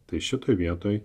tai šitoje vietoj